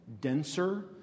denser